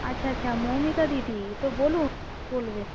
আচ্ছা আচ্ছা মৌমিতা দিদি তো বলুন বলবে